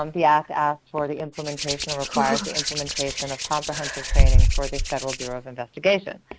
um the act asks for the implementation or requires the implementation of comprehensive training for the federal bureau of investigation,